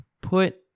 put